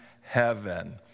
heaven